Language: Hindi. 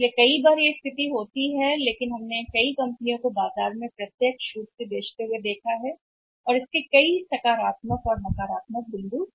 इसलिए कुछ समय बाद यह स्थिति है लेकिन हमने देखा है कि कई कंपनियां बिक रही हैं सीधे बाजार में और उस मामले में कहते हैं कि कई सकारात्मक हैं भी कई नकारात्मक है भी